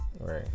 Right